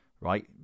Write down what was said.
right